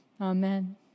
Amen